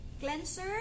cleanser